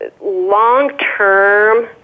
long-term